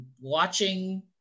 watching